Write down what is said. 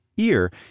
ear